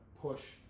push